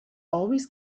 always